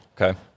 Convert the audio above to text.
Okay